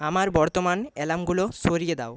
আমার বর্তমান অ্যালার্মগুলো সরিয়ে দাও